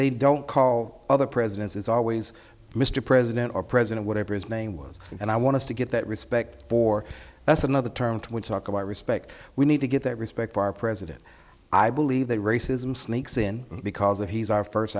they don't call other presidents it's always mr president or president whatever his name was and i want to get that respect for that's another term twin talk about respect we need to get that respect for our president i believe that racism sneaks in because he's our first